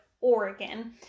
Oregon